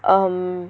um